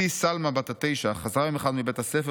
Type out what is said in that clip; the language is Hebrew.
"בתי סלמא בת התשע חזרה יום אחד מבית הספר